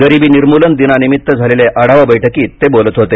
गरिबी निर्मुलन दिनानिमित्त झालेल्या आढावा बैठकीत ते बोलत होते